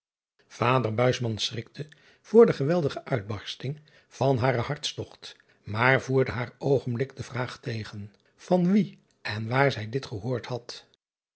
ader schrikte voor de geweldige uitbarsting van haren hartstogt maar voerde haar oogenblikkelijk de vraag tegen van wien en waar zij dit gehoord had